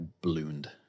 ballooned